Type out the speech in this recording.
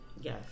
Yes